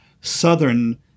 southern